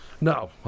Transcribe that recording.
No